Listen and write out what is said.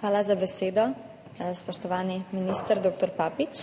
Hvala za besedo. Spoštovani minister dr. Papič!